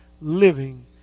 living